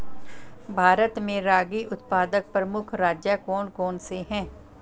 भारत में रागी उत्पादक प्रमुख राज्य कौन कौन से हैं?